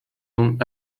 ondes